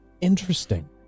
Interesting